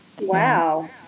Wow